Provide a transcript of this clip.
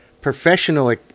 professional